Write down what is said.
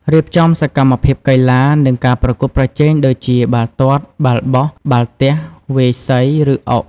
រៀបចំសកម្មភាពកីឡា និងការប្រកួតប្រជែង ដូចជា បាល់ទាត់ បាល់បោះ បាល់ទះ វាយសី ឬអុក។